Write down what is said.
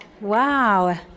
Wow